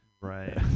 Right